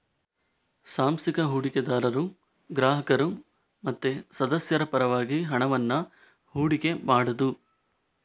ಸಾಂಸ್ಥಿಕ ಹೂಡಿಕೆದಾರರು ಗ್ರಾಹಕರು ಮತ್ತೆ ಸದಸ್ಯರ ಪರವಾಗಿ ಹಣವನ್ನ ಹೂಡಿಕೆ ಮಾಡುದು